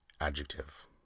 Adjective